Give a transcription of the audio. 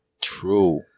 True